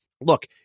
Look